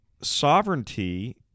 sovereignty